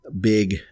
big